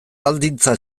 baldintza